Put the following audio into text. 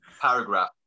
paragraph